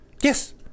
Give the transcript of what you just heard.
yes